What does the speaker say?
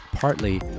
partly